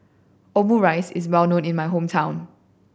Omurice is well known in my hometown